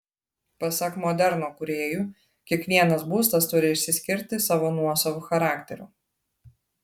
pasak moderno kūrėjų kiekvienas būstas turi išsiskirti savo nuosavu charakteriu